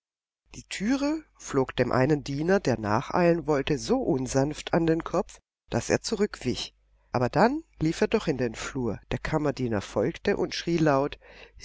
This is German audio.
die türe flog dem einen diener der nacheilen wollte so unsanft an den kopf daß er zurückwich aber dann lief er doch auf den flur der kammerdiener folgte und schrie laut